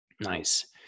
Nice